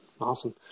Awesome